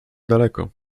daleko